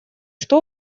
что